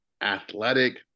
athletic